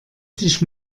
dich